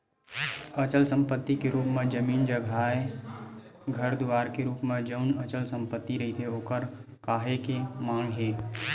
अचल संपत्ति के रुप म जमीन जघाए घर दुवार के रुप म जउन अचल संपत्ति रहिथे ओखर काहेक मांग हे